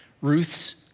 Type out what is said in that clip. Ruth's